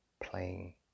playing